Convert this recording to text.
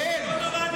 תתקדמו.